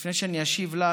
לפני שאני אשיב לך,